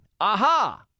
Aha